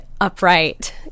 upright